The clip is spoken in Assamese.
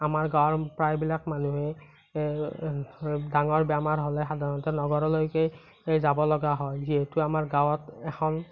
আমাৰ গাঁৱৰ প্ৰায়বিলাক মানুহে ডাঙৰ বেমাৰ হ'লে সাধাৰণতে নগৰলৈকে এ যাবলগা হয় যিহেতু আমাৰ গাঁৱত এখন